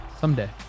Someday